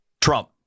Trump